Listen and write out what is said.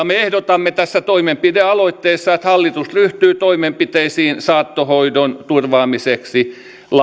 me ehdotamme tässä toimenpidealoitteessa että hallitus ryhtyy toimenpiteisiin saattohoidon turvaamiseksi